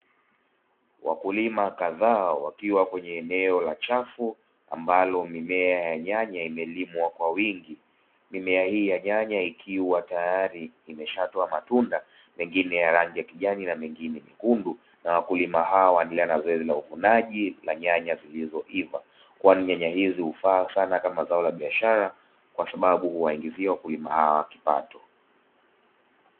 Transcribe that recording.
Wakulima kadhaa wakiwa kwenye eneo la chafu, ambalo mimea ya nyanya imelimwa kwa wingi. Mimea hii ya nyanya ikiwa tayari imeshatoa matunda mengine ya rangi ya kijani na mengine mekundu na wakulima hawa wanaendelee na zoezi la uvunaji wa nyanya zilizoiva, kwani nyanya hizi hufaa sana kama zao la biashara kwa sababu huwaingizia wakulima hawa kipato.